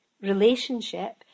relationship